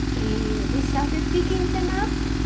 and we started picking them up!